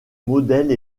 modèles